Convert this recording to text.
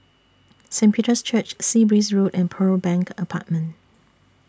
Saint Peter's Church Sea Breeze Road and Pearl Bank Apartment